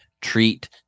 treat